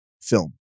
film